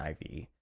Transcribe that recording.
IV